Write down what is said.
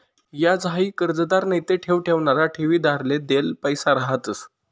याज हाई कर्जदार नैते ठेव ठेवणारा ठेवीदारले देल पैसा रहातंस